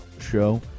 show